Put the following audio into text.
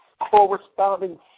corresponding